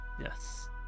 Yes